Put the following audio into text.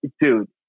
Dude